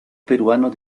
peruano